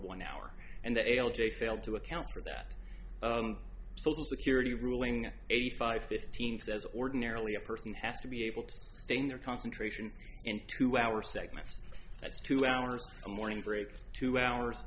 one hour and that l j fail to account for that social security ruling eighty five fifteen says ordinarily a person has to be able to stay in their concentration into our segments that's two hours morning group two hours